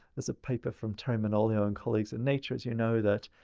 there's a paper from teri manolio and colleagues in nature, as you know, that